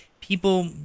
people